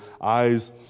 eyes